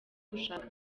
gushaka